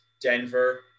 Denver